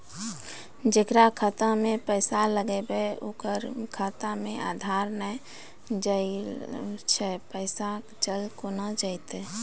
जेकरा खाता मैं पैसा लगेबे ओकर खाता मे आधार ने जोड़लऽ छै पैसा चल कोना जाए?